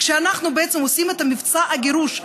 כשאנחנו בעצם עושים את מבצע הגירוש.